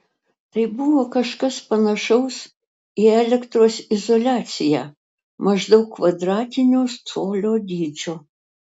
tai buvo kažkas panašaus į elektros izoliaciją maždaug kvadratinio colio dydžio